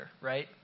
right